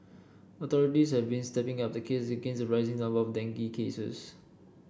authorities have been stepping up the against rising number of dengue cases